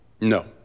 No